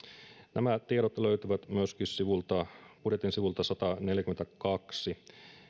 nämä tiedot löytyvät myöskin budjetin sivulta sataneljäkymmentäkaksi